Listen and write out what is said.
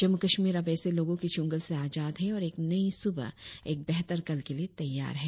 जम्मू कश्मीर अब ऐसे लोगों के च्रंगल से आजाद है और एक नई सुबह एक बेहतर कल के लिए तैयार है